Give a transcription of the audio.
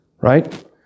Right